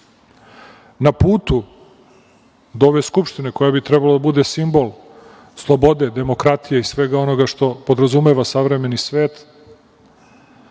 na putu do ove Skupštine, koja bi trebalo da bude simbol slobode, demokratije i svega onoga što podrazumeva savremeni svet,